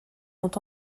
ont